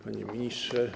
Panie Ministrze!